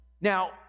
Now